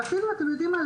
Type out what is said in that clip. ואפילו אתם יודעים מה?